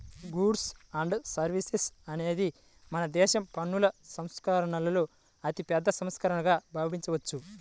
goods and services అనేది మనదేశ పన్నుల సంస్కరణలలో అతిపెద్ద సంస్కరణగా భావించవచ్చు